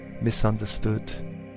misunderstood